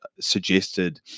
suggested